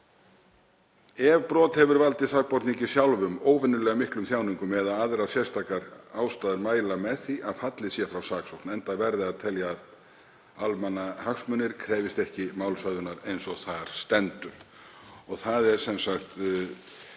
ef brot hefur valdið sakborningi sjálfum óvenjulega miklum þjáningum eða aðrar sérstakar ástæður mæla með því að fallið sé frá saksókn, enda verði að telja að almannahagsmunir krefjist ekki málshöfðunar, eins og þar stendur,